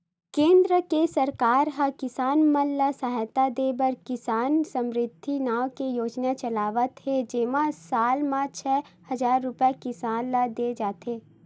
केंद्र के सरकार ह किसान मन ल सहायता देबर किसान समरिद्धि नाव के योजना चलावत हे जेमा साल म छै हजार रूपिया किसान ल दे जाथे